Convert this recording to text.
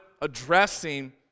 addressing